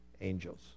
angels